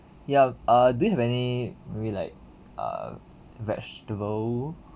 ya uh do you have any maybe like uh vegetable